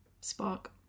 spark